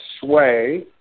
sway